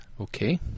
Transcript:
Okay